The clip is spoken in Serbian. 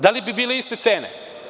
Da li bi bile iste cene?